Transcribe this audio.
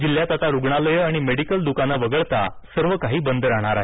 जिल्ह्यात आता रुग्णालयं आणि मेडिकल दुकानं वगळता सर्वकाही बंद राहणार आहे